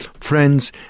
friends